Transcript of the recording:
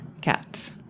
Cats